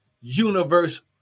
Universe